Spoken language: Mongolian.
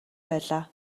байлаа